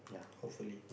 hopefully